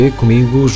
comigo